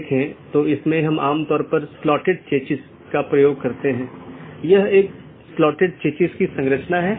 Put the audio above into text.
network layer reachability की जानकारी जिसे NLRI के नाम से भी जाना जाता है